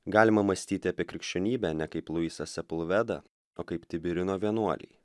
galima mąstyti apie krikščionybę ne kaip luisas sapulveda o kaip tibirino vienuoliai